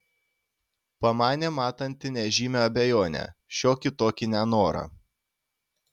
pamanė matanti nežymią abejonę šiokį tokį nenorą